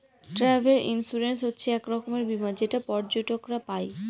travel insurance হচ্ছে এক রকমের বীমা যেটা পর্যটকরা পাই